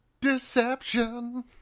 deception